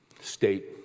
state